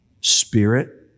spirit